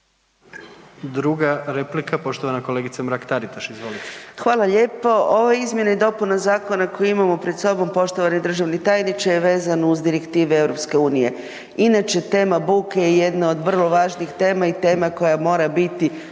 Druga replika, poštovana kolegica Mrak Taritaš. **Mrak-Taritaš, Anka (GLAS)** Hvala lijepo. Ova izmjena i dopuna zakona koju imamo pred sobom poštovani državni tajniče je vezana uz Direktive EU, inače tema buke je jedna od vrlo važnih tema i tema koja mora biti,